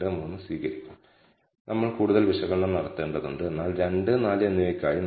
നമ്മൾ അത് തുടരും കാരണം നമ്മൾ മൾട്ടിലീനിയർ റിഗ്രഷനിലേക്ക് വരുമ്പോൾ അത് വളരെ ഉപയോഗപ്രദമാണ്